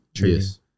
Yes